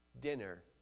Dinner